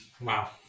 Wow